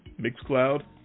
Mixcloud